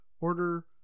order